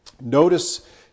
Notice